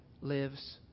lives